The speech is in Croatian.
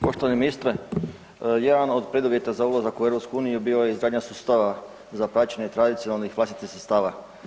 Poštovani ministre, jedan od preduvjeta za ulazak u EU bio je izgradnja sustava za praćenje tradicionalnih vlastitih sredstava.